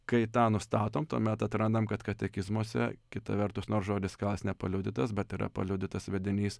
kai tą nustatom tuomet atrandam kad katekizmuose kita vertus nors žodis nepaliudytas bet yra paliudytas vedinys